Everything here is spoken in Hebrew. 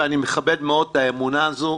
ואני מכבד מאוד את האמונה הזאת,